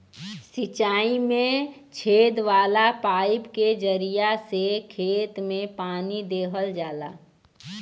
सिंचाई में छेद वाला पाईप के जरिया से खेत में पानी देहल जाला